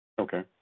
Okay